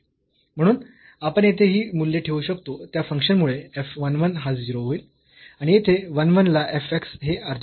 म्हणून आपण येथे ही मूल्ये ठेवू शकतो त्या फंक्शन मुळे f 1 1 हा 0 होईल आणि येथे 1 1 ला f x हे अर्धे होते